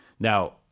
Now